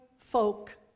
folk